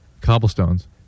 Cobblestones